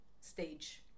stage